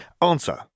Answer